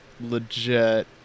legit